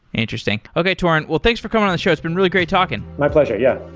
interesting. okay, torin. well, thanks for coming on the show. it's been really great talking. my pleasure. yeah,